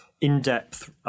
in-depth